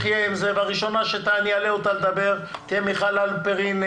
והראשונה שאני אעלה אותה לדבר תהיה מיכל הלפרין,